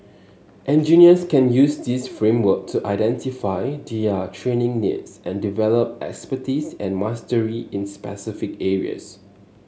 engineers can use this framework to identify their training needs and develop expertise and mastery in specific areas